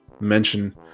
Mention